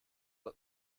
but